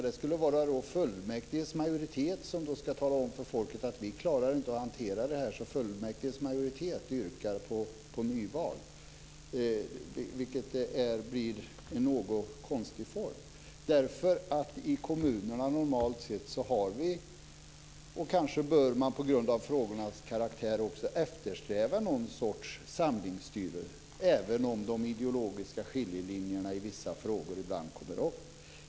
Det skulle vara fullmäktiges majoritet som man skulle ge rätten att tala om för folket att politikerna inte klarar att hantera situationen och yrka på nyval, vilket blir något konstigt. I kommunerna har man normalt någon sorts samlingsstyre, och kanske bör man på grund av frågornas karaktär också eftersträva det, även om de ideologiska skiljelinjerna i vissa frågor kommer upp ibland.